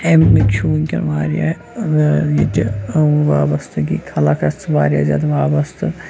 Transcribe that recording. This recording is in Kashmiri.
اَمیُک چھُ وٕنکیٚن واریاہ ییٚتہِ وابَستٕگی خلق چھِ اَتھ سۭتۍ واریاہ زیادٕ وابستہٕ